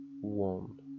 One